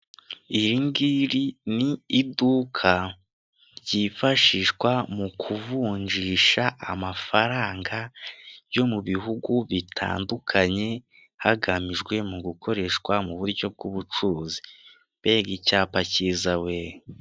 Iri ngiri ni iduka ryifashishwa mu kuvunjisha amafaranga yo mu bihugu bitandukanye, hagamijwe mu gukoreshwa mu buryo bw'ubucuruzi. Mbega icyapa cyiza wee!